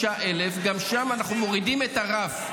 45,000, גם שם אנחנו מורידים את הרף.